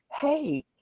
hey